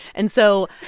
and so.